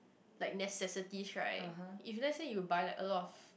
like necessities right if let's say you buy like a lot of